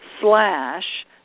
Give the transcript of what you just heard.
slash